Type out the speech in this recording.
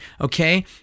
okay